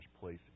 place